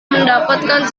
mendapatkan